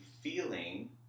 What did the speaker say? feeling